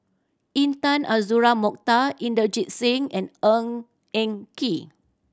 Intan Azura Mokhtar Inderjit Singh and Ng Eng Kee